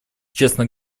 честно